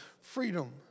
Freedom